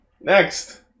Next